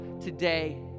today